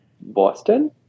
Boston